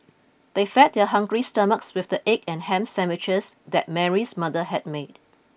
they fed their hungry stomachs with the egg and ham sandwiches that Mary's mother had made